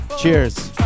Cheers